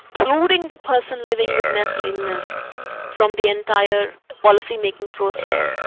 excluding the person living with mental illness from the entire policy making process,